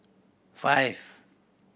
five